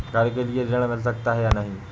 घर के लिए ऋण मिल सकता है या नहीं?